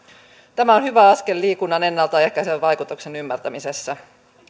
tämä on hyvä askel liikunnan ennalta ehkäisevän vaikutuksen ymmärtämisessä